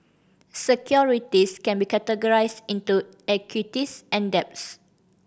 securities can be categorized into equities and debts